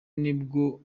nibwo